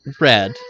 Red